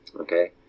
Okay